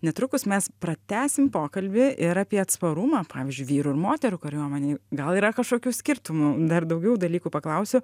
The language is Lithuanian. netrukus mes pratęsim pokalbį ir apie atsparumą pavyzdžiui vyrų ir moterų kariuomenėj gal yra kažkokių skirtumų dar daugiau dalykų paklausiu